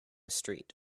street